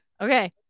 Okay